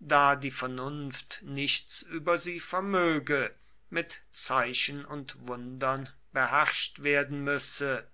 da die vernunft nichts über sie vermöge mit zeichen und wundern beherrscht werden müsse